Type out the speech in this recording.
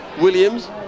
Williams